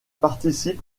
participe